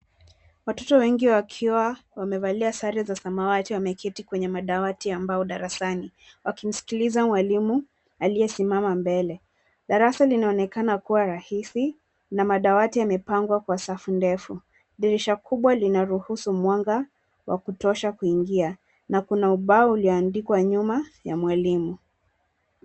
Watoto wengi wakiwa wamevalia sare za samawati wameketi kwenye madawati ya mbao darasani wakimsikiliza mwalimu aliyesimama mbele. Darasa linaonekana kuwa rahisi na madawati yamepangwa kwa safu ndefu. Dirisha kubwa linaruhusu mwanga wa kutosha kuingia na kuna ubao ulioandikwa nyuma ya mwalimu.